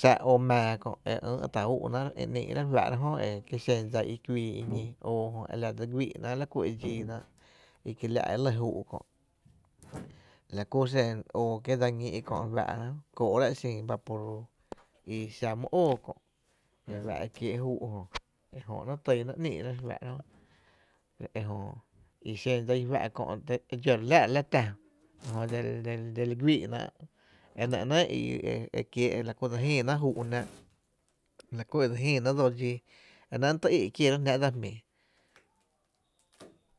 xa kö’ oo mⱥⱥ e ý’ tá’ ú’náá’ e ‘ny’ ráá’ re fá’ra jö ki xen dsa i kuii i ñi oo jö e la dse li güii’ náá’ e la ku e dxii ‘náá’ i kiela’ e lɇ juu’ kö’ la kuro xen oo kie’ dsa ñii’ köre fá’ra jö kóo’ra’ e xin vaporub i xa my óo kö’ e fa’ e kiee’ juu’ jö ejö ‘nɇɇ’ tynáá’ ïï’ náá’ re fá’ra jö e jö i xen dsa i fá’ kö’ e dxó re láá’ra la tⱥ jö e dseli güii’na e nɇ ‘néé’ ii e la ku dsa jïi ná’ juu’ jnáá’ la ku dse jïi náá’ dsóo dxii e nɇ ‘nɇɇ’ ty í’ kieerá’ jná’ dsa jmii.